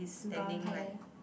brown hair